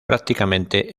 prácticamente